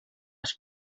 els